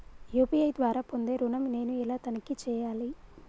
UPI ద్వారా పొందే ఋణం నేను ఎలా తనిఖీ చేయాలి?